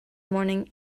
morning